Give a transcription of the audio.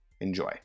Enjoy